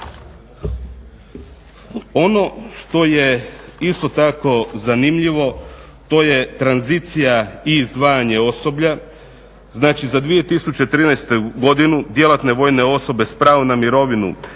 Ono što je isto tako zanimljivo, to je tranzicija i izdvajanje osoblja. Znači za 2013. godinu djelatne vojne osobe s pravom na mirovinu